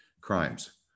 crimes